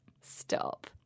Stop